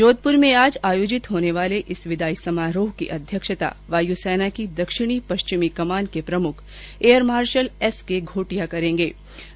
जोधपुर में आज आयोजित होने वाले इस विदाई समारोह की अध्यक्षता वायुसेना की दक्षिणी पश्चिमी कमान के प्रमुख air marshal S K Ghotia कर रहे है